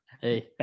Hey